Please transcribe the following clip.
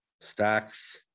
stacks